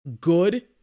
good